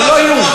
זה לא איום.